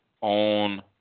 on